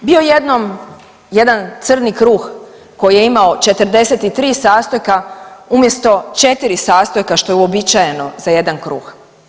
Bio jednom jedan crni kruh koji je imao 43 sastojka umjesto 4 sastojka što je uobičajeno za jedan kruh.